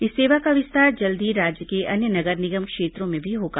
इस सेवा का विस्तार जल्द ही राज्य के अन्य नगर निगम क्षेत्रों में भी होगा